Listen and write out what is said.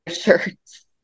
shirts